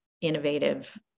innovative